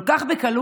כל כך בקלות,